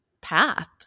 path